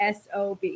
SOB